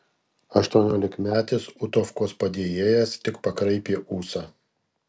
aštuoniolikmetis utovkos padėjėjas tik pakraipė ūsą